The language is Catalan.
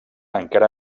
encara